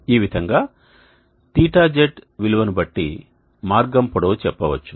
ఈ విధంగా θz విలువను బట్టి మార్గం పొడవు చెప్పవచ్చు